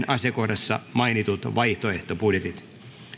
asiakohdassa mainitut vaihtoehtobudjetit